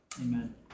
Amen